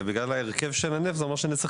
ובגלל ההרכב של הנפט זה אומר שנצטרך